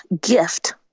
gift